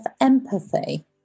empathy